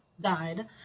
died